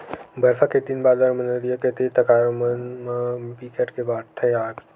बरसा के दिन बादर म नदियां के तीर तखार मन म बिकट के बाड़गे आथे